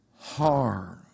harm